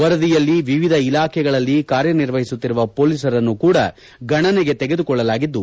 ವರದಿಯಲ್ಲಿ ವಿವಿಧ ಇಲಾಖೆಗಳಲ್ಲಿ ಕಾರ್ಯನಿರ್ವಹಿಸುತ್ತಿರುವ ಪೊಲೀಸರನ್ನು ಕೂಡ ಗಣನೆಗೆ ತೆಗೆದುಕೊಳ್ಳಲಾಗಿದ್ದು